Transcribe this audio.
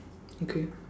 okay